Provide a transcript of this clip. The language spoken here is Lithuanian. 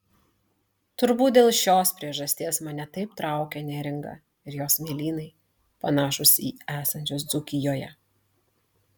turbūt dėl šios priežasties mane taip traukia neringa ir jos smėlynai panašūs į esančius dzūkijoje